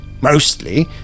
mostly